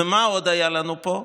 ומה עוד היה לנו פה?